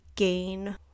Gain